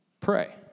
pray